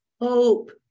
hope